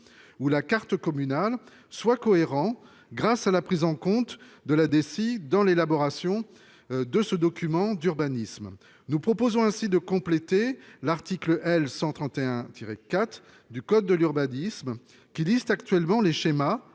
ou la carte communale soient cohérents grâce à la prise en compte de la Deci dans l'élaboration des documents d'urbanisme. Nous proposons ainsi de compléter l'article L. 131-4 du code de l'urbanisme, qui liste actuellement les schémas,